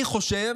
אני חושב,